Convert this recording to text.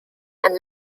and